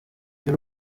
iyo